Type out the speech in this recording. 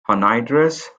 anhydrous